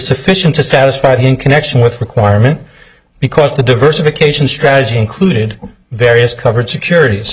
sufficient to satisfy the in connection with requirement because the diversification strategy included various covered securities